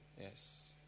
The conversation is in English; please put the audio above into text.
Yes